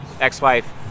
ex-wife